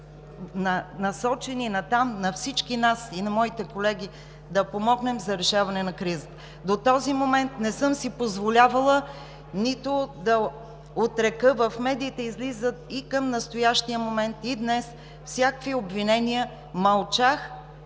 усилията на всички нас и на моите колеги бяха насочени да помогнем за решаване на кризата. До този момент не съм си позволявала нито да отрека… В медиите излизат и към настоящия момент, и днес всякакви обвинения. Мълчах,